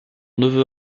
neveu